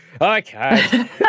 Okay